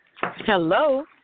Hello